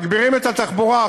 מגבירים את התחבורה.